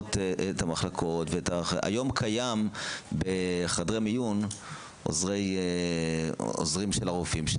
היום קיימים בחדרי מיון עוזרים לרופאים.